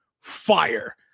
fire